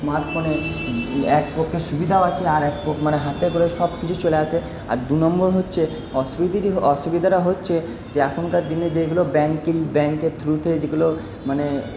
স্মার্টফোনে এক পক্ষে সুবিধাও আছে আর এক পক মানে হাতে করে সব কিছু চলে আসে আর দু নম্বর হচ্ছে অসুবিধাটা হচ্ছে যে এখনকার দিনে যেগুলো ব্যাঙ্কিং ব্যাঙ্কের থ্রুতে যেগুলো মানে